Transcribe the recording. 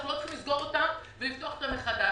אנחנו לא צריכים לסגור אותם ולפתוח אותם מחדש.